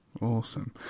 Awesome